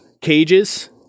cages